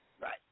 Right